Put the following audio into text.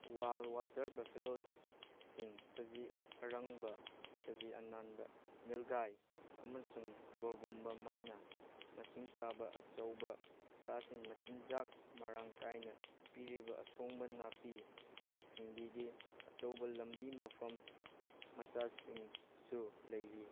wild water ꯕꯐꯦꯂꯣꯁꯤꯡ ꯁꯖꯤ ꯑꯔꯪꯕ ꯁꯖꯤ ꯑꯅꯥꯟꯕ ꯃꯤꯜꯒꯥꯏ ꯑꯃꯁꯨꯡ ꯒꯣꯔꯒꯨꯝꯕ ꯃꯥꯅ ꯃꯁꯤꯡ ꯆꯥꯕ ꯑꯆꯧꯕ ꯁꯥꯁꯤꯡ ꯃꯆꯤꯟꯖꯥꯛ ꯃꯇꯥꯡ ꯀꯥꯏꯅ ꯄꯤꯔꯤꯕ ꯑꯁꯣꯡꯕ ꯅꯥꯄꯤ ꯁꯤꯡꯕꯤꯒꯤ ꯑꯆꯧꯕ ꯂꯝꯕꯤ ꯃꯐꯝ ꯃꯆꯥꯁꯤꯡꯁꯨ ꯂꯩꯔꯤ